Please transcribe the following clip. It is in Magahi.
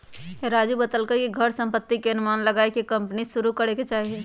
राजू बतलकई कि घर संपत्ति के अनुमान लगाईये के कम्पनी शुरू करे के चाहि